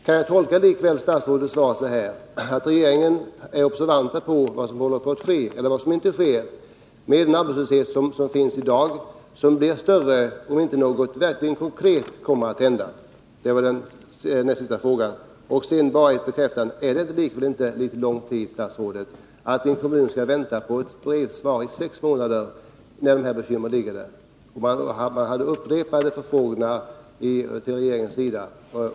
Kan jag likväl tolka statsrådets svar så, att regeringen är observant på vad som håller på att ske i fråga om den växande arbetslösheten, som ju blir större om inga konkreta åtgärder vidtas? Till sist skulle jag vilja ha en bekräftelse av statsrådet. Är ändå inte de sex månader som kommunen fått vänta på ett brevsvar en väl lång tid med tanke på de bekymmer man har? Kommunen har ju gjort upprepade förfrågningar om ett svar från regeringens sida.